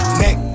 neck